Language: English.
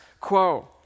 quo